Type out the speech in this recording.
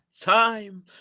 time